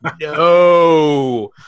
no